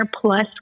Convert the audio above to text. plus